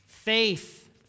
Faith